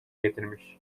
getirmiş